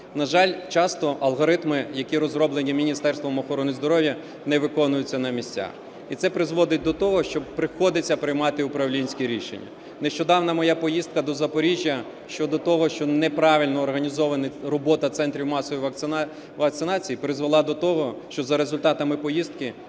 На жаль, часто алгоритми, які розроблені Міністерством охорони здоров'я, не виконуються на місцях. І це призводить до того, що приходиться приймати управлінські рішення. Нещодавно моя поїздка до Запоріжжя щодо того, що неправильно організована робота центрів масової вакцинації, призвела до того, що за результатами поїздки